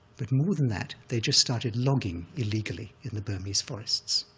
but more than that, they just started logging illegally in the burmese forests.